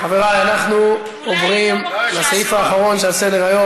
חברי, אנחנו עוברים לסעיף האחרון שעל סדר-היום.